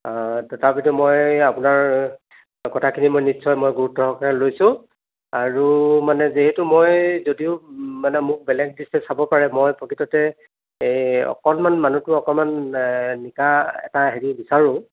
তথাপিতো মই আপোনাৰ কথাখিনি নিশ্চয় মই গুৰুত্ব সহকাৰে লৈছোঁ আৰু মানে যিহেতু যদিও মানে মোক বেলেগ দৃষ্টিৰে চাব পাৰে মই প্ৰকৃততে অকণমান মানুহটো অকমান নিকা এটা হেৰি বিচাৰোঁ